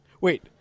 Wait